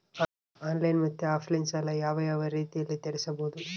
Online ಮತ್ತೆ offline ಸಾಲ ಯಾವ ಯಾವ ರೇತಿನಲ್ಲಿ ತೇರಿಸಬಹುದು?